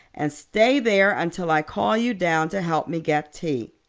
and stay there until i call you down to help me get tea.